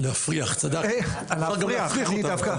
זה לא עניין של ציוצים כי ציוצים זה טוב לפופוליזם בתוך הדבר הזה,